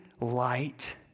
light